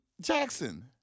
Jackson